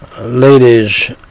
Ladies